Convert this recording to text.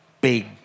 big